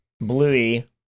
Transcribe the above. Bluey